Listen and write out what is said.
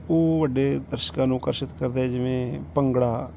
ਉਹ ਵੱਡੇ ਦਰਸ਼ਕਾਂ ਨੂੰ ਆਕਰਸ਼ਿਤ ਕਰਦਾ ਹੈ ਜਿਵੇਂ ਭੰਗੜਾ